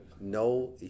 no